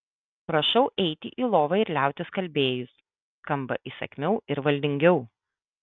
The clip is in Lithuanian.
prašau eiti į lovą ir liautis kalbėjus skamba įsakmiau ir valdingiau